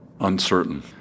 Uncertain